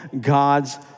God's